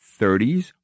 30s